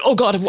oh, god,